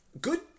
good